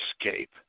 escape